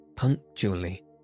Punctually